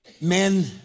Men